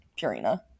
Purina